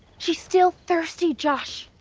she's still thirsty, josh.